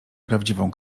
prawdziwą